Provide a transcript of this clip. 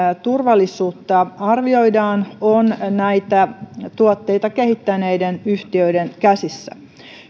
turvallisuutta arvioidaan on näitä tuotteita kehittäneiden yhtiöiden käsissä